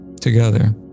together